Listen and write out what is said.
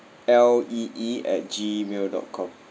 L E E at gmail dot com